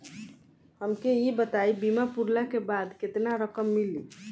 हमके ई बताईं बीमा पुरला के बाद केतना रकम मिली?